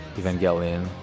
Evangelion